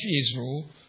Israel